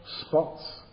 spots